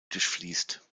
durchfließt